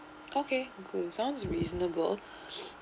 okay good sounds reasonable